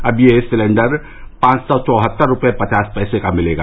अब यह सिलेंडर पांच सौ चौहत्तर रुपए पचास पैसे का मिलेगा